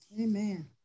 Amen